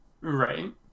Right